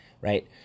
right